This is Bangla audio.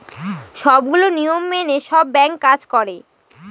সবগুলো নিয়ম মেনে সব ব্যাঙ্ক কাজ করে